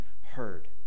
heard